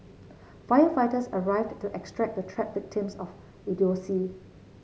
firefighters arrived to extract the trapped victims of idiocy